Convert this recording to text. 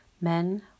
Men